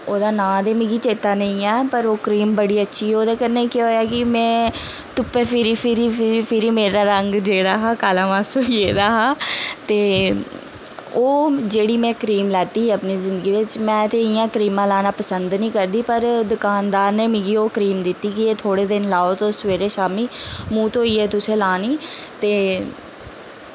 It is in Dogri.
ओह्दा नांऽ ते मिगी चेता नेईं ऐ पर ओह् क्रीम बड़ी अच्छी ओह्दे कन्नै केह् होएआ कि में धुप्पै फिरी फिरी फिरी मेरा रंग जेह्ड़ा हा काला मस्स होई गेदा हा ते ओह् जेह्ड़ी में क्रीम लैती अपनी जिंदगी बिच्च में ते इ'यां क्रीमां लाना पसंद नी करदी पर दकानदार ने मिगी ओह् क्रीम दित्ती कि एह् थोह्ड़े दिन लाओ तुस सवेरै शामी मूंह धोइयै तुसें लानी ते